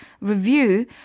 review